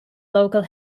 local